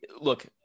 look